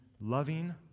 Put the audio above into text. loving